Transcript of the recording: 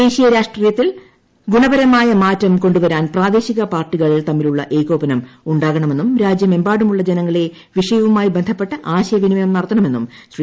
ദേശീയ രാഷ്ട്രീയത്തിൽ ഗുണപരമായ മാറ്റം കൊണ്ടൂവരാൻ പ്രാദേശിക പാർട്ടികൾ തമ്മിലുള്ള ഏകോപനം ഉണ്ടാകണമെന്നും രാജ്യമെമ്പാടുമുള്ള ജനങ്ങളെ വിഷയവുമായി ബന്ധപ്പെട്ട് ആശയവിനിമയം നടത്തണമെന്നും ശ്രീ